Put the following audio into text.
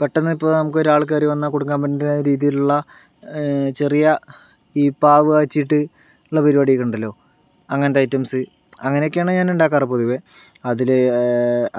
പെട്ടെന്ന് ഇപ്പോൾ നമക്ക് ഒരാൾ കേറി വന്നാൽ കൊടുക്കാൻ പറ്റുന്ന രീതിയിലുള്ള ചെറിയ ഈ പാക് കാച്ചിയിട്ട് ഉള്ള പരിപാടി ഒക്കെ ഉണ്ടല്ലോ അങ്ങനത്തെ ഐറ്റംസ് അങ്ങനക്കെയാണ് ഞാൻ ഉണ്ടാക്കാറ് പൊതുവെ അതിൽ